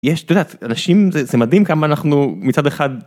יש אתה יודע, אנשים זה מדהים כמה אנחנו מצד אחד.